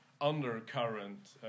undercurrent